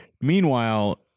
Meanwhile